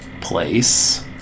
place